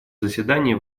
заседание